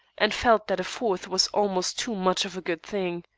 and felt that a fourth was almost too much of a good thing.